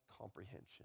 comprehension